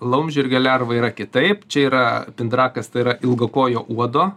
laumžirgio lerva yra kitaip čia yra pindrakas tai yra ilgakojo uodo